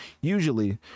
usually